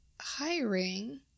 hiring